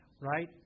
Right